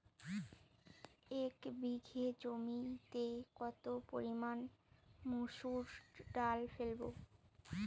এক বিঘে জমিতে কত পরিমান মুসুর ডাল ফেলবো?